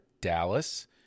Dallas